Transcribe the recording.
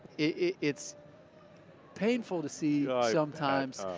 it's painful to see sometimes,